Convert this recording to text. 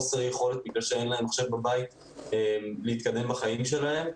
חוסר יכולת כי אין להם מחשב בבית ויכולים להתקדם בחיים שלהם.